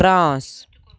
France